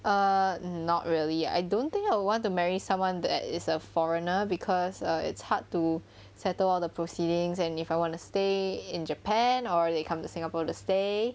err not really I don't think I would want to marry someone that is a foreigner because uh it's hard to settle all the proceedings and if I wanna stay in japan or are they coming to singapore to stay